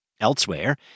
Elsewhere